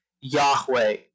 Yahweh